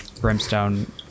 brimstone